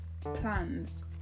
plans